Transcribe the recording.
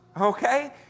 Okay